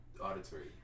Auditory